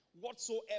Whatsoever